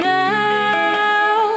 now